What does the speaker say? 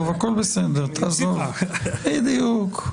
בדיוק.